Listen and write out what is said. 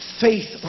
faith